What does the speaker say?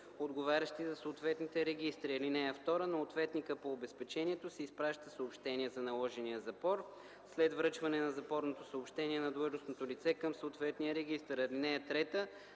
отговарящи за съответните регистри. (2) На ответника по обезпечението се изпраща съобщение за наложения запор след връчване на запорното съобщение на длъжностно лице към съответния регистър. (3)